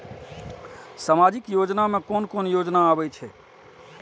सामाजिक योजना में कोन कोन योजना आबै छै?